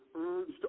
urged